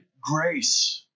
grace